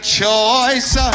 choice